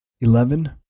Eleven